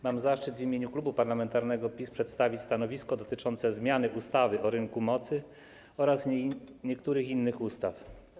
Mam zaszczyt w imieniu Klubu Parlamentarnego PiS przedstawić stanowisko dotyczące zmiany ustawy o rynku mocy oraz niektórych innych ustaw.